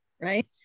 right